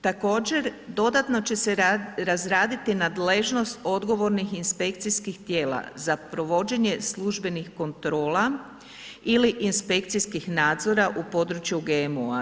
Također, dodatno će se razraditi nadležnost odgovornih inspekcijskih tijela za provođenje službenih kontrola ili inspekcijskih nadzora u području GMO-a.